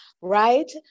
right